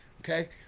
okay